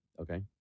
Okay